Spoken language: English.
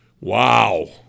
Wow